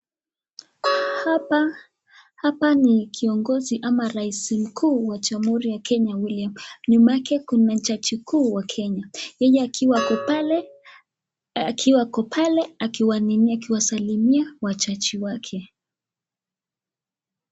Hapa ni kiongozi ama rais mkuu wa jamhuri ya kenya William, nyuma yake kuna jaji mkuu wa kenya, yeye akiwa ako pale akiwanenea, akiwasalimia wajaji wake.